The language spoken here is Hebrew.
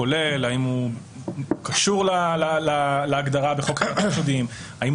האם הוא קשור להגדרה בחוק חקירת חשודים או